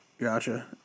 Gotcha